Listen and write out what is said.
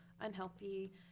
unhealthy